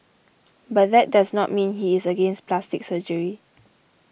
but that does not mean he is against plastic surgery